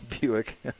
Buick